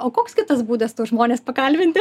o koks kitas būdas tuos žmones pakalbinti